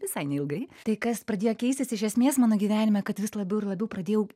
visai neilgai tai kas pradėjo keistis iš esmės mano gyvenime kad vis labiau ir labiau pradėjau